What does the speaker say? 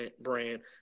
brand